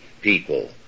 people